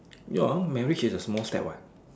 ya marriage is a small step what